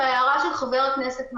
להערה של חבר הכנסת מקלב,